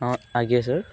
ହଁ ଆଜ୍ଞା ସାର୍